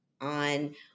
on